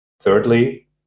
Thirdly